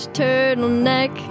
turtleneck